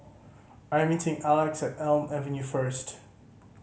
I'm meeting Elex at Elm Avenue first